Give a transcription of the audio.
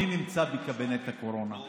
אני נמצא בקבינט הקורונה,